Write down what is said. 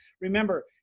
remember